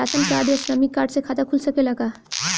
Ration card या श्रमिक card से खाता खुल सकेला का?